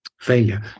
failure